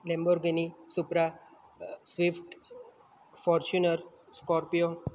Lamborghini Supra swift Fortuner scorpio